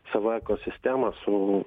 sava ekosistema su